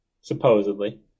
supposedly